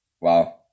Wow